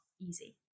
easy